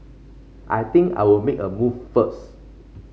I think I'll make a move first